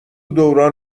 دوران